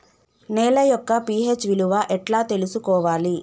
నేల యొక్క పి.హెచ్ విలువ ఎట్లా తెలుసుకోవాలి?